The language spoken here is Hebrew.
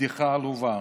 בדיחה עלובה.